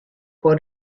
for